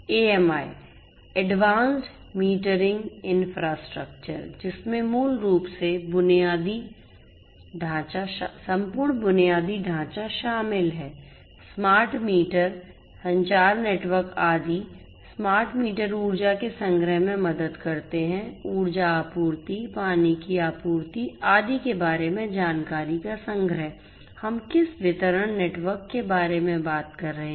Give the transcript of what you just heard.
AMI advanced metering infrastructure जिसमें मूल रूप से संपूर्ण बुनियादी ढांचा शामिल है स्मार्ट मीटर संचार नेटवर्क आदि स्मार्ट मीटर ऊर्जा के संग्रह में मदद करते हैं ऊर्जा आपूर्ति पानी की आपूर्ति आदि के बारे में जानकारी का संग्रह हम किस वितरण नेटवर्क के बारे में बात कर रहे हैं